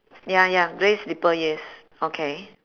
ya ya grey slipper yes okay